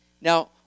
Now